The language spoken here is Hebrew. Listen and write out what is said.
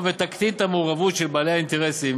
ותקטין את המעורבות של בעלי האינטרסים